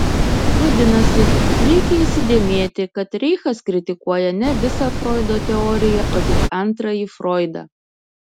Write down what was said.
vadinasi reikia įsidėmėti kad reichas kritikuoja ne visą froido teoriją o tik antrąjį froidą